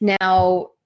Now